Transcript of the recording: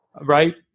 right